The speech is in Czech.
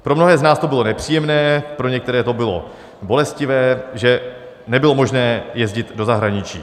Pro mnohé z nás to bylo nepříjemné, pro některé to bylo bolestivé, že nebylo možné jezdit do zahraničí.